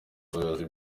ubuyobozi